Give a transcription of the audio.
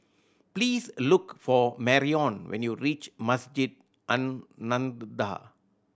please look for Marion when you reach Masjid An Nahdhah